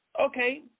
Okay